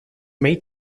may